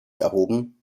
erhoben